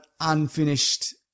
unfinished